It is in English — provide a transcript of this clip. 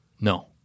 No